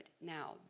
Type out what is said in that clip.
Now